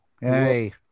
Hey